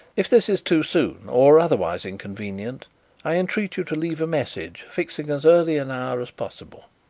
if this is too soon or otherwise inconvenient i entreat you to leave a message fixing as early an hour as possible.